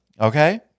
Okay